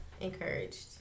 encouraged